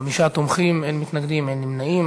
חמישה תומכים, אין מתנגדים ואין נמנעים.